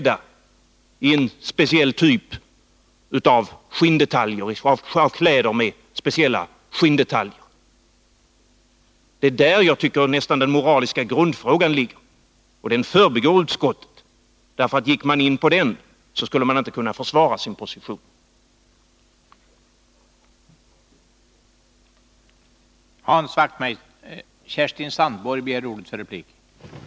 Jo, för att en samling snobbar skall kunna gå omkring i kläder med en speciell typ av skinndetaljer. Det är där jag tycker att den moraliska grundfrågan ligger. Den förbigår utskottet. Om man gick in på Nr 37 den, skulle man inte kunna försvara sin position. Torsdagen den